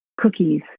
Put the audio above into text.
cookies